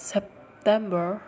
September